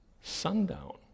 sundown